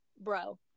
Bro